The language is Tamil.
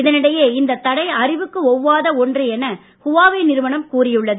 இதனிடையே இந்த தடை அறிவுக்கு ஒவ்வாத ஒன்று என ஹுவாவே நிறுவனம் கூறியுள்ளது